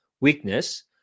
weakness